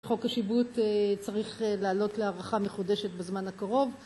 חוק השיבוט צריך לעלות להערכה מחודשת בזמן הקרוב